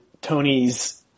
Tony's